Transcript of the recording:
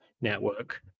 Network